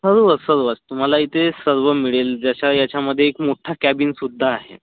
सर्वच सर्वच तुम्हाला इथे सर्व मिळेल ज्याच्या याच्यामध्ये एक मोठा कॅबिनसुद्धा आहे